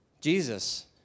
Jesus